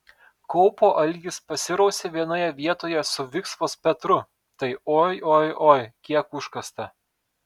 kaupo algis pasirausė vienoje vietoje su viksvos petru tai oi oi oi kiek užkasta